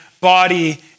body